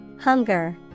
Hunger